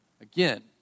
again